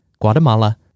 Guatemala